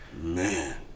Man